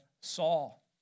Saul